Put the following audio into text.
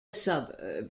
suburb